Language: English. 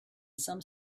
some